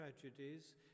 tragedies